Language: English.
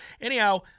Anyhow